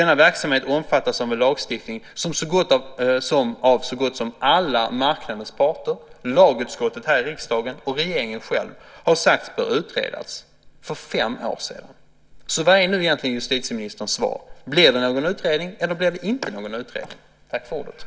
Denna verksamhet omfattas av en lagstiftning som så gott som alla marknadens parter, lagutskottet här i riksdagen och regeringen själv har sagt bör utredas för fem år sedan. Vad är egentligen justitieministerns svar? Blir det någon utredning eller blir det inte någon utredning?